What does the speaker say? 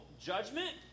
judgment